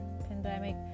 pandemic